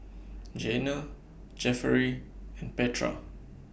Jeana Jefferey and Petra